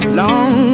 long